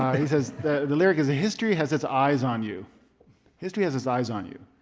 he says the the lyric is, history has its eyes on you history has its eyes on you.